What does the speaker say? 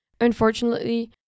unfortunately